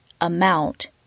amount